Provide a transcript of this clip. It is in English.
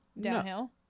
downhill